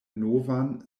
novan